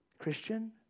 Christian